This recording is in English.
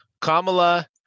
Kamala